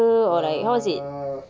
err